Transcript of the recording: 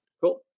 cool